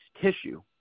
tissue